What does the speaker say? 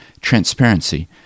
Transparency